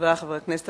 חברי חברי הכנסת,